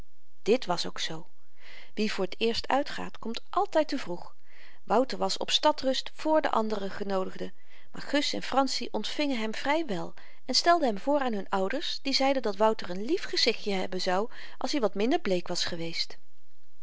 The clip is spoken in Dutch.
dit was ook zoo wie voor t eerst uitgaat komt altyd te vroeg wouter was op stad rust vr de andere genoodigden maar gus en franssie ontvingen hem vry wel en stelden hem voor aan hun ouders die zeiden dat wouter n lief gezichtje hebben zou als i wat minder bleek was geweest